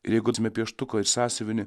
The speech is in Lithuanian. ir jeigu turime pieštuką ir sąsiuvį